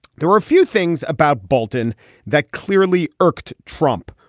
there are a few things about bolton that clearly irked trump.